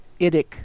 Idik